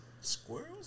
squirrels